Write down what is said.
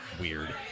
Weird